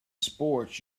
sports